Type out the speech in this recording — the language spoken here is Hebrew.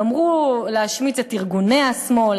גמרו להשמיץ את ארגוני השמאל,